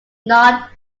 not